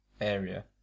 area